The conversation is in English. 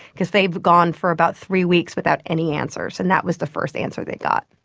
because they had gone for about three weeks without any answers and that was the first answer they got.